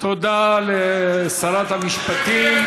תודה לשרת המשפטים.